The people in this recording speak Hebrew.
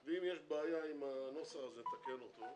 יש בעיה, ואם יש בעיה עם הנוסח, נתקן אותו.